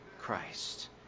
Christ